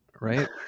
Right